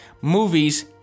movies